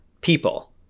people